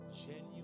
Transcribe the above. genuine